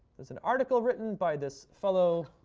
there's an article written by this fellow,